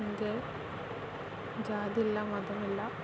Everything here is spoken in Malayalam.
ജാതിയില്ല മതമില്ല